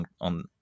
on